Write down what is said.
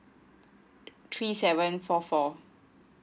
three seven four four